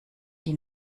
die